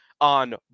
on